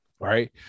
Right